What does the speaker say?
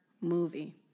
movie